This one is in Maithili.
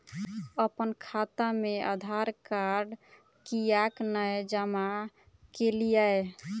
अप्पन खाता मे आधारकार्ड कियाक नै जमा केलियै?